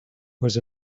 was